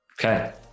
okay